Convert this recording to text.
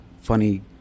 funny